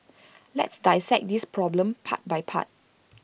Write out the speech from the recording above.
let's dissect this problem part by part